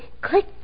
click